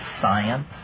science